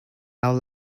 our